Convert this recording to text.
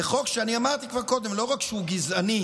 זה חוק שאני אמרתי כבר קודם שלא רק שהוא גזעני,